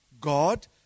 God